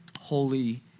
holy